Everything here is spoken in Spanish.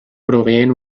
proveen